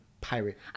pirate